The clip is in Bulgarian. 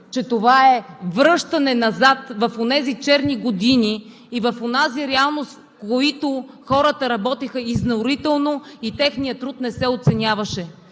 че това е връщане назад в онези черни години и в онази реалност, в които хората работеха изнурително и техният труд не се оценяваше.